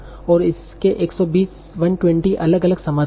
और इसके 120 अलग अलग समाधान हैं